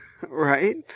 right